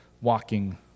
walking